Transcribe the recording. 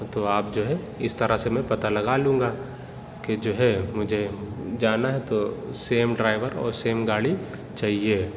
تو آپ جو ہے اِس طرح سے میں پتہ لگا لوں گا کہ جو ہے مجھے جانا ہے تو سیم ڈرائیور اور سیم گاڑی چاہیے